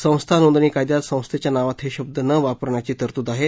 संस्था नोंदणी कायद्यात संस्थेच्या नावात हे शब्द न वापरण्याची तरतूद आहे